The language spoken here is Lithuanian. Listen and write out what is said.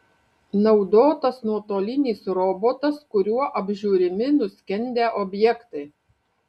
naudotas nuotolinis robotas kuriuo apžiūrimi nuskendę objektai